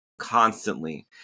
constantly